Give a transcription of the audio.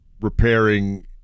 repairing